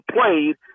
played